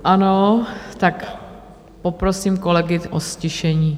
Ano, tak poprosím kolegy o ztišení.